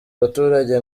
abaturage